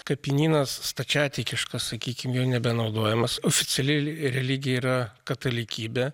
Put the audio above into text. kapinynas stačiatikiškas sakykim jau nebenaudojamas oficiali religija yra katalikybė